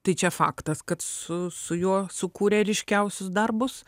tai čia faktas kad su su juo sukūrė ryškiausius darbus